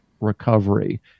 recovery